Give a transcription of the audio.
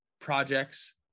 projects